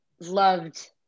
loved